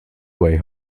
way